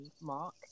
mark